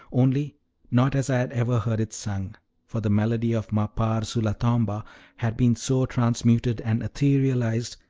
only not as i had ever heard it sung for the melody of m'appar sulla tomba had been so transmuted and etherealized,